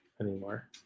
anymore